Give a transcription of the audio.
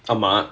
ஆமா:aamaa